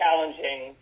challenging